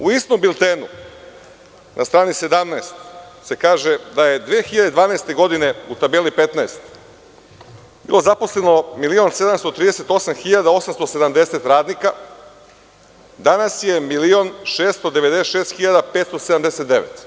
U istom Biltenu na stani 17. se kaže da je 2012. godine, u tabeli 15, bilo zaposleno 1.738.870 radnika, a danas je 1.696.579.